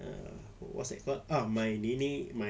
ah what's that called ah my nenek my